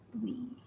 three